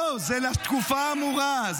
לא, זה לתקופה האמורה.